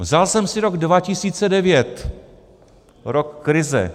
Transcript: Vzal jsem si rok 2009, rok krize.